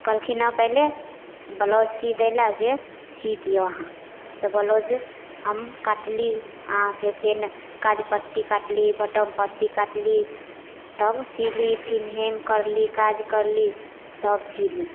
कहलखिन पहिले ब्लाउज सी दैलए जे सी दिअऽ अहाँ तऽ ब्लाउज हम काटली अहाँके फेर काज पट्टी काटली बटम पट्टी काटली तब सिली फेर हेम करली काज करली तब सिली